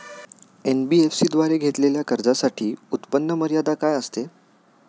NBFC द्वारे घेतलेल्या कर्जासाठी उत्पन्न मर्यादा काय असते?